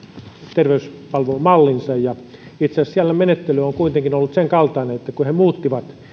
terveyspalvelumallinsa ja itse asiassa siellä menettely on kuitenkin ollut senkaltainen että kun he muuttivat